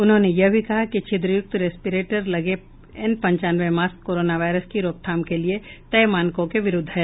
उन्होंने यह भी कहा कि छिद्र यूक्त रेस्पिरेटर लगे एन पंचानवे मास्क कोरोना वायरस की रोकथाम के लिए तय मानकों के विरुद्ध हैं